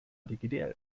hdgdl